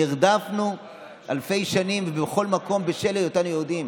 נרדפנו אלפי שנים בכל מקום בשל היותנו יהודים